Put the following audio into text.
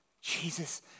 Jesus